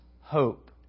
hope